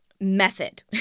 method